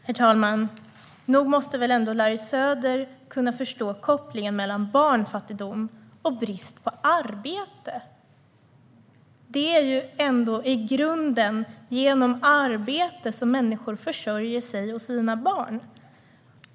Herr talman! Nog måste väl ändå Larry Söder kunna förstå kopplingen mellan barnfattigdom och brist på arbete? Det är i grunden genom arbete som människor försörjer sig själva och sina barn.